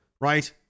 right